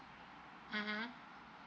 mmhmm